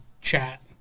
chat